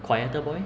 quieter boy